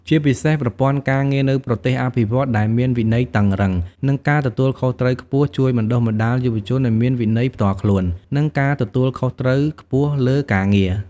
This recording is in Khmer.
ជាពិសេស ប្រព័ន្ធការងារនៅប្រទេសអភិវឌ្ឍន៍ដែលមានវិន័យតឹងរ៉ឹង និងការទទួលខុសត្រូវខ្ពស់ ជួយបណ្ដុះបណ្ដាលយុវជនឱ្យមានវិន័យផ្ទាល់ខ្លួន និងការទទួលខុសត្រូវខ្ពស់លើការងារ។